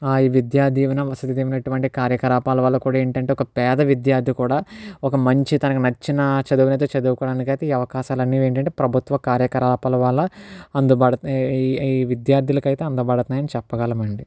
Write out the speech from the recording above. ఈ విద్యా దీవెన వసతి దీవెన ఇటువంటి కార్యకలాపాల వల్ల కూడా ఏంటంటే ఒక పేద విద్యార్ధి కూడా ఒక మంచి తనకి నచ్చిన చదువునైతే చదువుకోవడానికి అయితే ఈ అవకాశాలు అనేవి ఏంటంటే ప్రభుత్వ కార్యకలాపాలవల్ల అందుబడుతూ ఈ ఈ విద్యార్థులకు అయితే అందబడతున్నాయి అని చెప్పగలం అండి